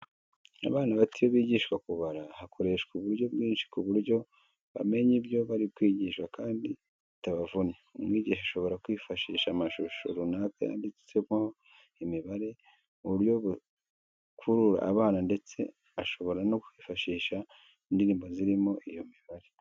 Abana bato iyo bigishwa kubara hakoreshwa uburyo bwinshi ku buryo bamenya ibyo bari kwigishwa kandi bitabavunnye. Umwigisha ashobora kwifashisha amashusho runaka yanditsweho imibare mu buryo bukurura abana ndetse ashobora no kwifashisha indirimbo zirimo iyo mibare.